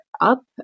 up